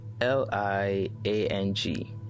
l-i-a-n-g